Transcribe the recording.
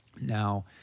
Now